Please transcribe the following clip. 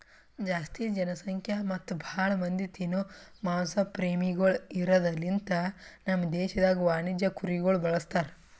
ಜಾಸ್ತಿ ಜನಸಂಖ್ಯಾ ಮತ್ತ್ ಭಾಳ ಮಂದಿ ತಿನೋ ಮಾಂಸ ಪ್ರೇಮಿಗೊಳ್ ಇರದ್ ಲಿಂತ ನಮ್ ದೇಶದಾಗ್ ವಾಣಿಜ್ಯ ಕುರಿಗೊಳ್ ಬಳಸ್ತಾರ್